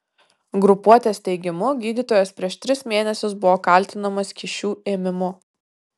grupuotės teigimu gydytojas prieš tris mėnesius buvo kaltinamas kyšių ėmimu